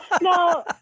no